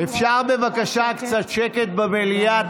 אפשר בבקשה קצת שקט במליאה?